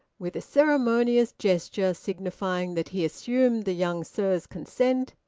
with a ceremonious gesture signifying that he assumed the young sir's consent,